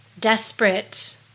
desperate